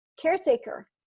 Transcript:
caretaker